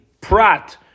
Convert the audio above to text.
prat